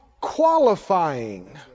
Qualifying